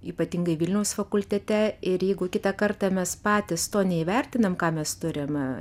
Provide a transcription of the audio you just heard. ypatingai vilniaus fakultete ir jeigu kitą kartą mes patys to neįvertinam ką mes turim